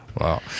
Wow